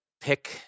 pick